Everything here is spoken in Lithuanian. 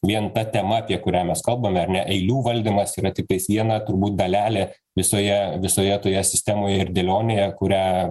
vien ta tema apie kurią mes kalbame ar ne eilių valdymas tiktais viena turbūt dalelė visoje visoje toje sistemoje ir dėlionėje kurią